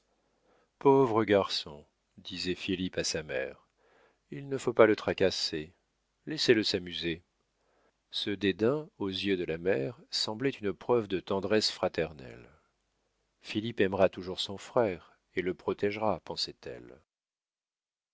pauvre garçon disait philippe à sa mère il ne faut pas le tracasser laissez-le s'amuser ce dédain aux yeux de la mère semblait une preuve de tendresse fraternelle philippe aimera toujours son frère et le protégera